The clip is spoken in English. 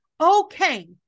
okay